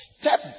step